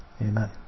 Amen